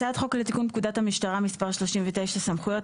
(קוראת את הצעת החוק) הצעת חוק לתיקון פקודת המשטרה (מס' 39) (סמכויות),